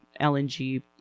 LNG